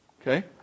Okay